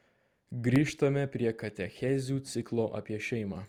grįžtame prie katechezių ciklo apie šeimą